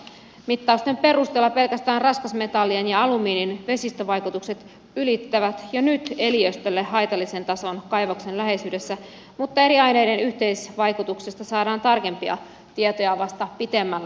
mittausten perusteella pelkästään raskasmetallien ja alumiinin vesistövaikutukset ylittävät jo nyt eliöstölle haitallisen tason kaivoksen läheisyydessä mutta eri aineiden yhteisvaikutuksista saadaan tarkempia tietoja vasta pitemmällä aikavälillä